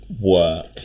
work